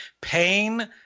Pain